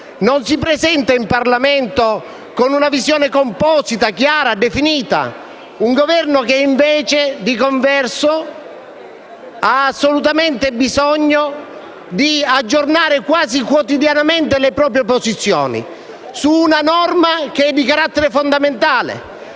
non si presenta in Parlamento con una visione composita, chiara, definita; un Governo che, di converso, ha assolutamente bisogno di aggiornare quasi quotidianamente le proprie posizioni, su una norma che è di carattere fondamentale,